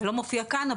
לא מופיע כאן,